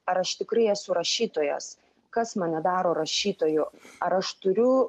ar aš tikrai esu rašytojas kas mane daro rašytoju ar aš turiu